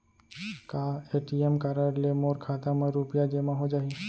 का ATM card ले मोर खाता म रुपिया जेमा हो जाही?